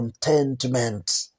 contentment